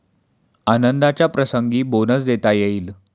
आनंदाच्या प्रसंगी बोनस देता येईल